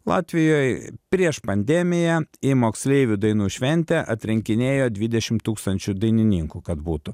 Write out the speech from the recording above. latvijoj prieš pandemiją į moksleivių dainų šventę atrinkinėjo dvidešim tūkstančių dainininkų kad būtų